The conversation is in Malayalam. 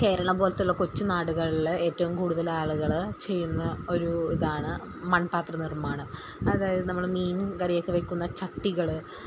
കേരളം പോലത്തുള്ള കൊച്ചു നാടുകളിൽ ഏറ്റവും കൂടുതൽ ആളുകൾ ചെയ്യുന്ന ഒരു ഇതാണ് മൺപാത്ര നിർമ്മാണം അതായത് നമ്മൾ മീൻ കറിയൊക്കെ വെക്കുന്ന ചട്ടികൾ